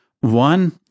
One